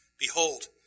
Behold